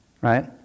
right